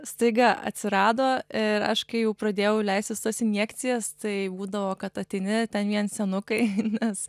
staiga atsirado ir aš kai jau pradėjau leistis tas injekcijas tai būdavo kad ateini ten vien senukai nes